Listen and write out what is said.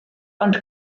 ond